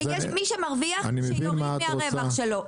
שיש מי שמרוויח שיוריד מהרווח שלו,